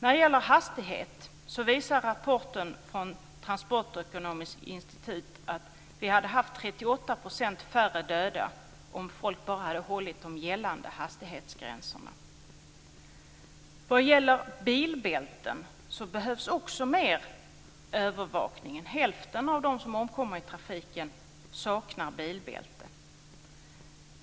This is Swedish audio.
När det gäller hastighet visar rapporten från Transportøkonomisk institutt att vi hade haft 38 % färre döda om folk bara hade hållit de gällande hastighetsgränserna. Vad gäller bilbälten behövs också mer övervakning. Hälften av dem som omkommer i trafiken saknar bilbälte.